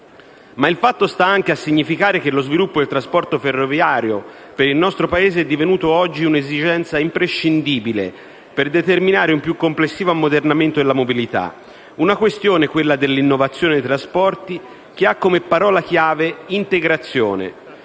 Il fatto sta anche a significare che lo sviluppo del trasporto ferroviario per il nostro Paese è divenuto oggi un'esigenza imprescindibile per determinare un più complessivo ammodernamento della mobilità. Una questione, quella dell'innovazione nei trasporti, che ha come parola chiave "integrazione":